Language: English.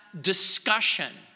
discussion